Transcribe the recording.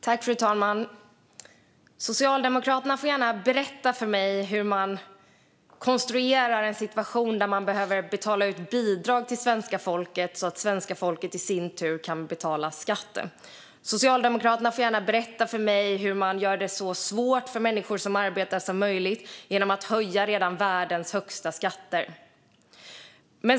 Fru talman! Socialdemokraterna får gärna förklara för mig hur man konstruerar en situation där man behöver betala ut bidrag till svenska folket så att svenska folket i sin tur kan betala skatten. Socialdemokraterna får gärna berätta för mig hur man gör det så svårt som möjligt för människor som arbetar genom att höja de skatter som redan är världens högsta.